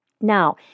Now